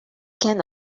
can